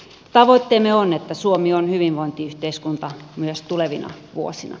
tavoitteemme on että suomi on hyvinvointiyhteiskunta myös tulevina vuosina